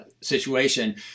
situation